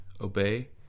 obey